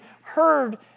heard